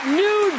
new